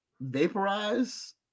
vaporize